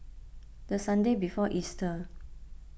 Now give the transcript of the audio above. the Sunday before Easter